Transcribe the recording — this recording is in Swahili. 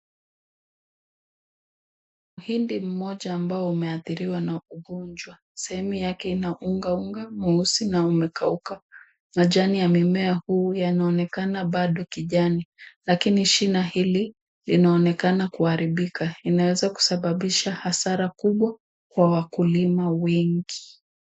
Mhindi mmoja ambao umeathiriwa na ugonjwa. Sehemu yake ina ungaunga mweusi na umekauka .Majani yamemea huu yanaonekana bado kijani lakini shina hili inaonekana kuharibika, inaweza kusababisha hasara kubwa kwa wakulima wengi.